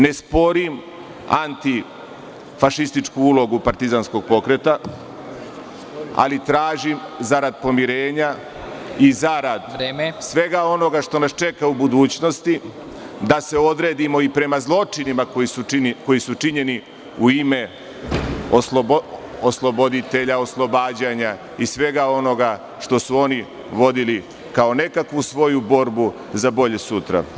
Ne sporim antifašističku ulogu partizanskog pokreta, ali tražim, zarad pomirenja i zarad svega onoga što nas čeka u budućnosti, da se odredimo i prema zločinima koji su činjeni u ime osloboditelja, oslobađanja i svega onoga što su oni vodili kao nekakvu svoju borbu za bolje sutra.